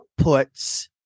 outputs